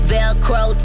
Velcro